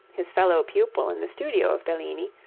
his fellow-pupil in the studio of bellini,